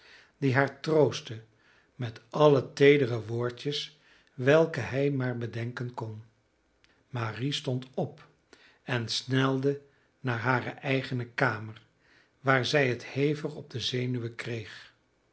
die haar troostte met alle teedere woordjes welke hij maar bedenken kon marie stond op en snelde naar hare eigene kamer waar zij het hevig op de zenuwen kreeg